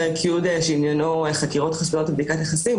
פרק י שעניינו חקירות חסויות ובדיקת נכסים,